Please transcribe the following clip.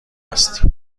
است